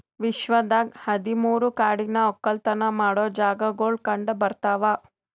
ವಿಶ್ವದಾಗ್ ಹದಿ ಮೂರು ಕಾಡಿನ ಒಕ್ಕಲತನ ಮಾಡೋ ಜಾಗಾಗೊಳ್ ಕಂಡ ಬರ್ತಾವ್